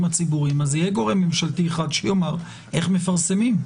הציבוריים אז יהיה גורם ממשלתי אחד שיאמר איך מפרסמים.